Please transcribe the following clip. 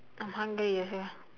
I'm hungry ah sia